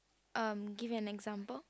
um give an example